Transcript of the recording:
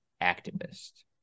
activist